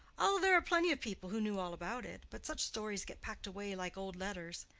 oh, there are plenty of people who knew all about it but such stories get packed away like old letters.